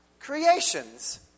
creations